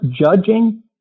judging